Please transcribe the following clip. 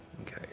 Okay